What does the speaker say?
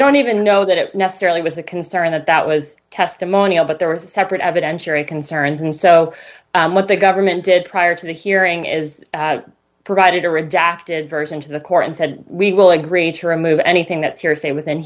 don't even know that it necessarily was a concern that that was testimonial but there were separate evidentiary concerns and so what the government did prior to the hearing is provided a redacted version to the court and said we will agree to remove anything that's hearsay within